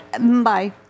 Bye